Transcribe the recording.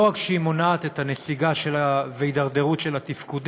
לא רק שהיא מונעת את הנסיגה וההידרדרות של התפקודים,